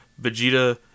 Vegeta